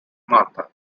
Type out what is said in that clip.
martha